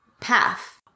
path